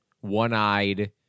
one-eyed